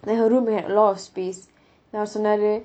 then her room had a lot of space then அவர் சொன்னாரு:avar sonnaaru